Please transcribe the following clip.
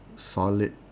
solid